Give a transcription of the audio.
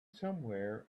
somewhere